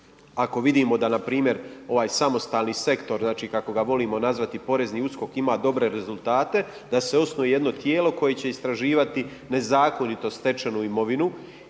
ako vidimo da npr. ovaj samostalni sektor znači kako ga volimo nazvati porezni USKOK ima dobre rezultate da se osnuje jedno tijelo koje će istraživati nezakonito stečenu imovinu.